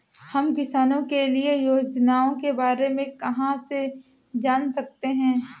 हम किसानों के लिए योजनाओं के बारे में कहाँ से जान सकते हैं?